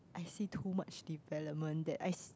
I see too much development that I see